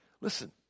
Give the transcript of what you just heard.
Listen